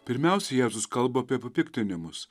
pirmiausia jėzus kalba apie papiktinimus